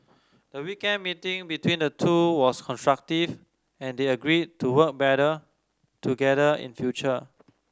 the weekend meeting between the two was constructive and they agreed to work better together in future